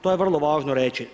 To je vrlo važno reći.